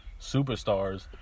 superstars